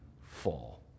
fall